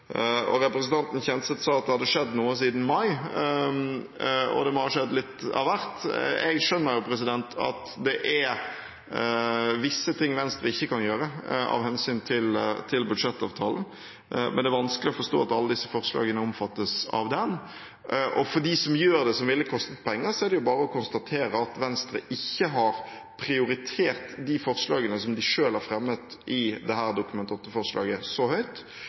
selv. Representanten Kjenseth sa at det hadde skjedd noe siden mai, og det må ha skjedd litt av hvert. Jeg skjønner at det er visse ting Venstre ikke kan gjøre av hensyn til budsjettavtalen, men det er vanskelig å forstå at alle disse forslagene omfattes av den. For dem som gjør det som ville kostet penger, er det bare å konstatere at Venstre ikke har prioritert de forslagene som de selv har fremmet i dette Dokument 8-forslaget, så høyt